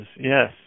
yes